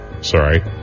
Sorry